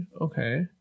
Okay